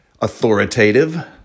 authoritative